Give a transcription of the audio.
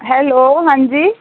hello हां जी